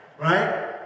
right